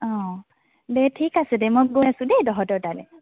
অ দে ঠিক আছে দে মই গৈ আছোঁ দেই তহতৰ তালৈ